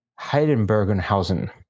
Heidenbergenhausen